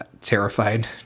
terrified